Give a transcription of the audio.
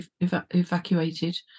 evacuated